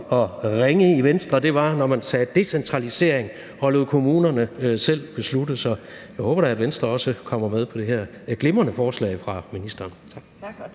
at ringe i Venstre, var, når man sagde »decentralisering« og lod kommunerne selv beslutte. Så jeg håber da, at Venstre også kommer med på det her glimrende forslag fra ministeren. Tak.